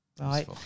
right